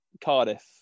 Cardiff